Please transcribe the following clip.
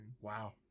Wow